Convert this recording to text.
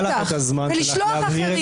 בלשלוח אחרים.